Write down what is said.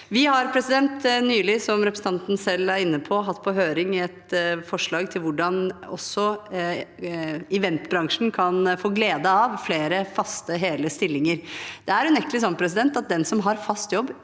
inne på, hatt på høring et forslag til hvordan også eventbransjen kan få glede av flere faste, hele stillinger. Det er unektelig sånn at den som har fast jobb,